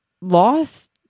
lost